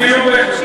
אבל ב-67'